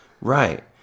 Right